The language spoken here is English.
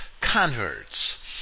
converts